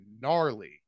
gnarly